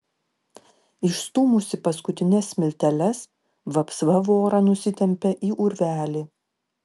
išstūmusi paskutines smilteles vapsva vorą nusitempią į urvelį